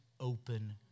open